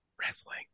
Wrestling